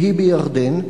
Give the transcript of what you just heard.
והיא בירדן,